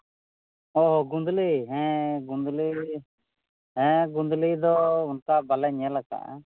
ᱦᱚᱸ ᱜᱩᱫᱽᱞᱤ ᱦᱮᱸ ᱜᱩᱫᱽᱞᱤ ᱦᱮᱸ ᱜᱩᱸᱫᱽᱞᱤ ᱫᱚ ᱚᱱᱠᱟ ᱵᱟᱞᱮ ᱧᱮᱞ ᱟᱠᱟᱜᱼᱟ